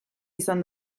izan